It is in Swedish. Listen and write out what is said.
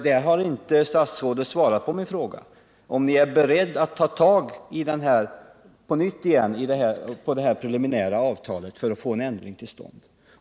Där har statsrådet inte svarat på 2 min fråga, om han är beredd att ta tag på nytt i det preliminära avtalet för att få en ändring till stånd.